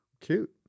cute